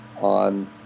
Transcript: on